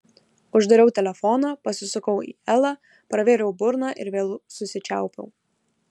uždariau telefoną pasisukau į elą pravėriau burną ir vėl susičiaupiau